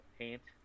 paint